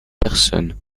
personne